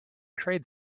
trade